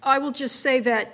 i will just say that